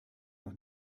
noch